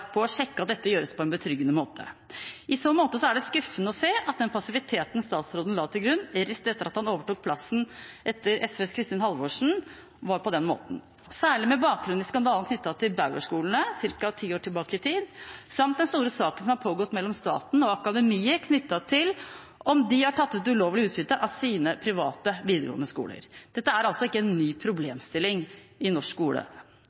på dem for å sjekke at dette gjøres på en betryggende måte. I så måte er det skuffende å se den passiviteten statsråden la til grunn rett etter at han overtok plassen etter SVs Kristin Halvorsen, særlig med bakgrunn i skandalen knyttet til Bauer-skolene ca. 10 år tilbake i tid, samt den store saken som har pågått mellom staten og Akademiet knyttet til om de har tatt ut ulovlig utbytte av sine private videregående skoler. Dette er altså ikke en ny problemstilling i norsk skole.